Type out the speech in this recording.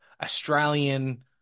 Australian